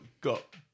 got